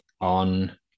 on